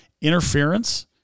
interference